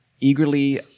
eagerly